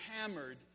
hammered